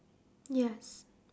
yes